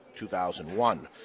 2001